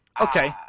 Okay